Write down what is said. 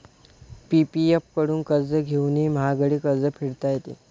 PPF कडून कर्ज घेऊनही महागडे कर्ज फेडता येते